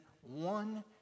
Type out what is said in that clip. one